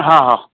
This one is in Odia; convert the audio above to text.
ହଁ ହଁ